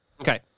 Okay